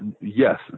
yes